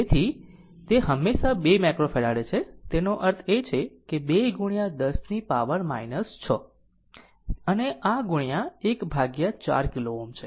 તેથી તે 2 માઇક્રોફેરાડે છે તેનો અર્થ છે 2 ગુણ્યા 10 ની પાવર 6 અને આ ગુણ્યા 1 ભાગ્યા 4 કિલો Ω છે